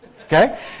Okay